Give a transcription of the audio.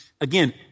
Again